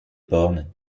bornes